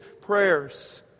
prayers